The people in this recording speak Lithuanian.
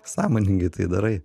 sąmoningai tai darai